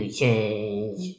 change